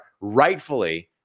rightfully